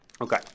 Okay